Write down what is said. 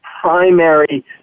primary